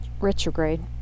retrograde